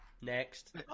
Next